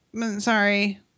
Sorry